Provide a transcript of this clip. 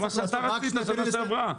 זה מה שאתה רצית שנה שעברה.